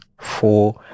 four